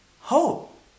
hope